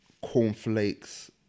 cornflakes